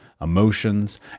emotions